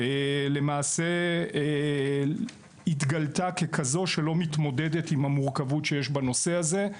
למעשה התגלתה ככזו שלא מתמודדת עם המורכבות שיש בנושא הזה.